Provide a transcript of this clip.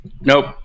Nope